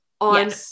on